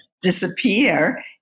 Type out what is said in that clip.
disappear